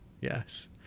Yes